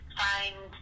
find